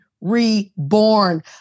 reborn